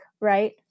right